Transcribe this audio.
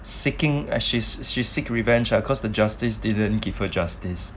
seeking like she seek revenge lah because the justice didn't give her justice